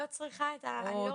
נכון.